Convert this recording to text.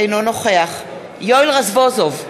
אינו נוכח יואל רזבוזוב,